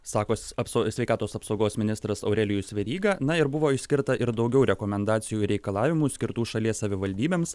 sakos apso sveikatos apsaugos ministras aurelijus veryga na ir buvo išskirta ir daugiau rekomendacijų ir reikalavimų skirtų šalies savivaldybėms